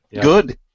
Good